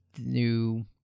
new